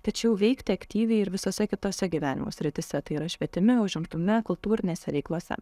tačiau veikti aktyviai ir visose kitose gyvenimo srityse tai yra švietime užimtume kultūrinėse veiklose